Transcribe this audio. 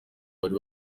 bari